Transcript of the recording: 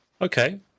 Okay